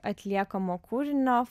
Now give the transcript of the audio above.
atliekamo kūrinio